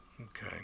Okay